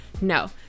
No